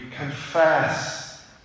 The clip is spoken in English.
confess